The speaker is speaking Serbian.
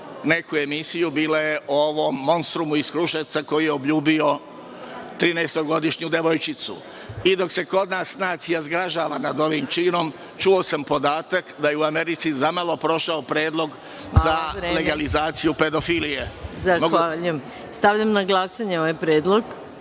neku emisiju, bila je o ovom monstrumu iz Kruševca koji je obljubio trinaestogodišnju devojčicu, i dok se kod nas nacija zgražava nad ovim činom čuo sam podatak da je u Americi zamalo prošao predlog za legalizaciju pedofilije. Zahvaljujem. **Maja Gojković**